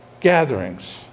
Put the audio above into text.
gatherings